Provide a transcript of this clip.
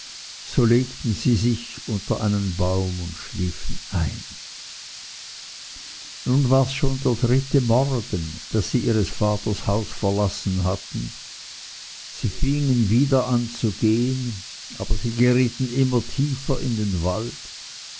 so legten sie sich unter einen baum und schliefen ein nun wars schon der dritte morgen daß sie ihres vaters haus verlassen hatten sie fingen wieder an zu gehen aber sie gerieten immer tiefer in den wald